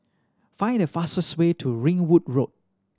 find the fastest way to Ringwood Road